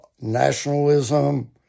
nationalism